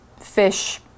fish